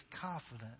confident